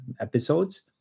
episodes